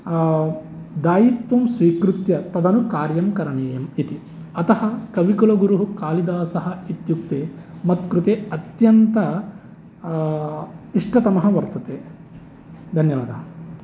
दायित्वं स्वीकृत्य तदनु कार्यं करणीयम् इति अतः कविकुलगुरुः कालिदासः इत्युक्ते मत्कृते अत्यन्त इष्टतमः वर्तते धन्यवादाः